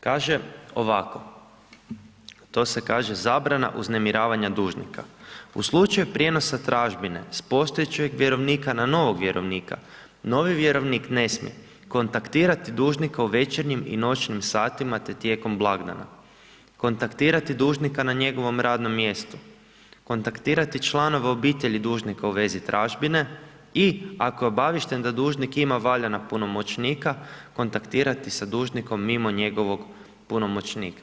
Kaže ovako, to se kaže zabrana uznemiravanja dužnika: „U slučaju prijenosa tražbine s postojećeg vjerovnika na novog vjerovnika, novi vjerovnik ne smije kontaktirati dužnika u večernjim i noćnim satima te tijekom blagdana, kontaktirati dužnika na njegovom radnom mjestu, kontaktirati članove obitelji dužnika u vezi tražbine i ako je obaviješten da dužnik ima valjana punomoćnika kontaktirati sa dužnikom mimo njegovog punomoćnika.